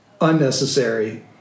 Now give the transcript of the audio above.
unnecessary